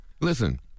Listen